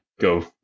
go